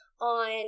on